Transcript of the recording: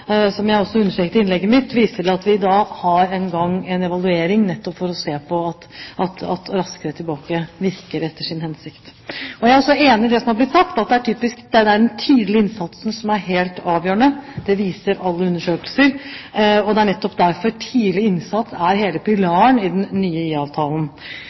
hensikt. Jeg kan da, som jeg også understreket i innlegget mitt, vise til at vi har i gang en evaluering nettopp for å se på om Raskere tilbake virker etter sin hensikt. Jeg er også enig i det som er blitt sagt, at det er typisk at det er den tidlige innsatsen som er helt avgjørende. Det viser alle undersøkelser, og det er nettopp derfor tidlig innsats er hele